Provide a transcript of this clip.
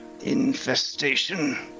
infestation